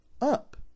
up